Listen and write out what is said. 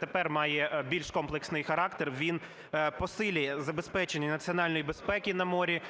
тепер має більш комплексний характер, він посилює забезпечення національної безпеки на морі.